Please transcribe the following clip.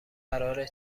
قراره